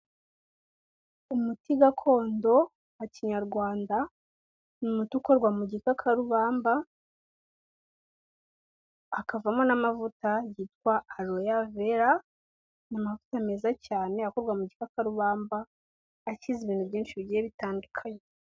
Umuti gakondo wa Kinyarwanda ni umuti ukorwa mu gikakarubamba hakavamo n'amavuta yitwa haroya vera, amavuta meza cyane akorwa mu gikakarubamba akiza ibintu byinshi bigiye bitandukanye.